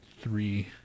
three